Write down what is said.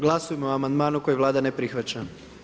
Glasujmo o amandmanu koji Vlada ne prihvaća.